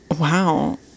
wow